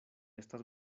estas